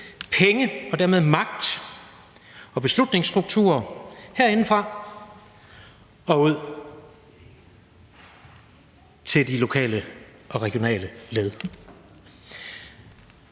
penge og dermed magt og beslutningsstrukturer herindefra og ud til de lokale og regionale led.